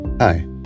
Hi